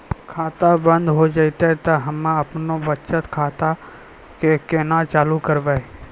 खाता बंद हो जैतै तऽ हम्मे आपनौ बचत खाता कऽ केना चालू करवै?